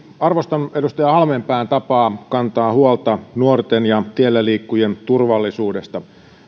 arvostan edustaja halmeenpään tapaa kantaa huolta nuorten ja tielläliikkujien turvallisuudesta